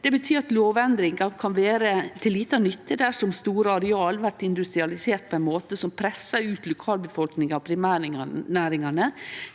Det betyr at lovendring kan vere til lita nytte dersom store areal blir industrialiserte på ein måte som pressar ut lokalbefolkninga og primærnæringane,